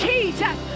Jesus